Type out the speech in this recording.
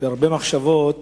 והרבה מחשבות